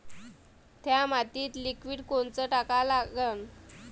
थ्या मातीत लिक्विड कोनचं टाका लागन?